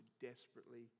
desperately